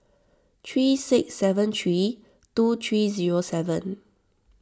three six seven three two three zero seven